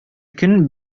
көн